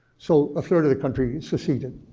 so a third of the country seceded,